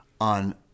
on